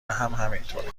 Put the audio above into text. همینطوره